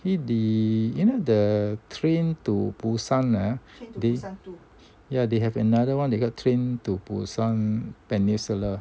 eh the you know the train to busan ah they yeah they have another one they got train to busan peninsula